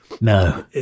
No